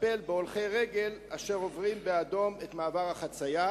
לטפל בהולכי רגל אשר עוברים את מעבר החצייה באדום?